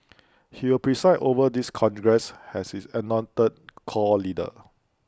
he will preside over this congress as its anointed core leader